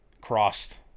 crossed